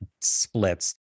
splits